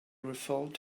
refilled